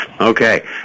Okay